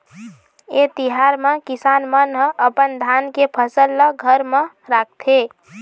ए तिहार म किसान मन ह अपन धान के फसल ल घर म राखथे